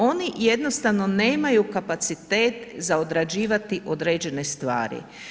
Oni jednostavno nemaju kapacitet za odrađivati određene stvari.